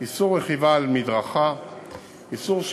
איסור רכיבה על מדרכה,